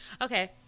Okay